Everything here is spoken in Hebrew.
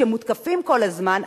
שמותקפים כל הזמן,